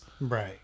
right